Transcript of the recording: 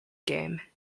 game